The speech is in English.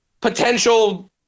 potential